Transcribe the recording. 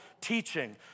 teaching